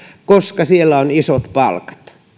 koska siellä on isot palkat